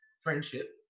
friendship